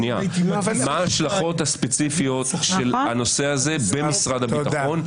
מה ההשלכות הספציפיות של הנושא הזה במשרד הביטחון,